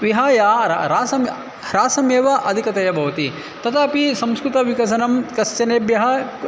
विहाय ह्रासं ह्रासमेव अधिकतया भवति तथापि संस्कृतं विकसनं कश्चनेभ्यः